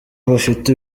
bafite